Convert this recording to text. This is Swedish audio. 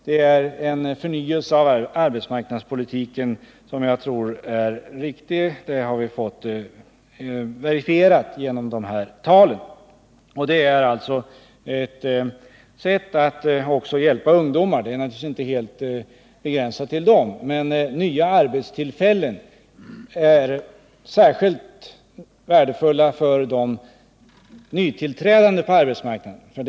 Det är en förnyelse av arbetsmarknadspolitiken som är riktig — det har vi fått verifierat genom dessa siffror. Nyrekryteringsstödet är alltså ett sätt att hjälpa ungdomar. Det är naturligtvis inte helt begränsat till dem, men nya arbetstillfällen är särskilt värdefulla för de nytillträdande på arbetsmarknaden.